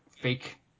fake